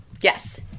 Yes